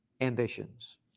ambitions